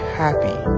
happy